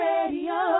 Radio